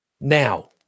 Now